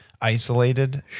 isolated